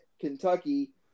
Kentucky